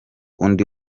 undi